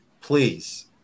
please